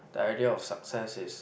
the idea of success is